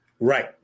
Right